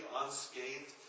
unscathed